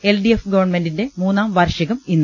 LDF ഗവൺമെന്റിന്റെ മൂന്നാം വാർഷികം ഇന്ന്